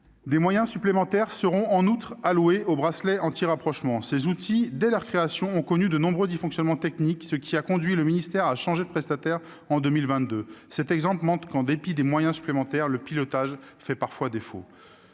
Des moyens supplémentaires seront, en outre, alloués au bracelet anti-rapprochement. Or ces outils, dès leur création, ont connu de nombreux dysfonctionnements techniques, ce qui a conduit le ministère à changer de prestataire en 2022. Cet exemple montre que, en dépit de moyens supplémentaires, le pilotage fait toujours défaut